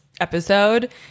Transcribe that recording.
Episode